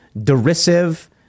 derisive